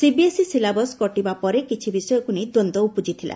CBSE syllabus କାଟିବା ପରେ କିଛି ବିଷୟକୁ ନେଇ ଦ୍ୱନ୍ଦ୍ୱ ଥିଲା